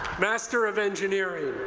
master of engineering